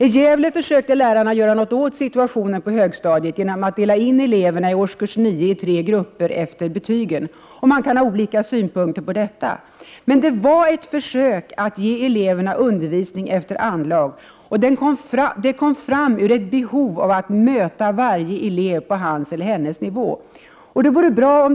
I Gävle försökte lärarna göra något åt situationen på högstadiet genom att dela in eleverna i årskurs 9 i tre grupper efter betygen. Man kan ha olika synpunkter på detta. Men det var ett försök att ge eleverna undervisning efter — Prot. 1988/89:120 anlag, och det kom fram ur ett behov av att möta varje elev på hans eller 24 maj 1989 hennes nivå.